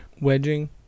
wedging